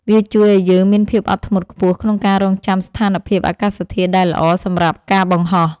វាជួយឱ្យយើងមានភាពអត់ធ្មត់ខ្ពស់ក្នុងការរង់ចាំស្ថានភាពអាកាសធាតុដែលល្អសម្រាប់ការបង្ហោះ។